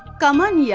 come on, yeah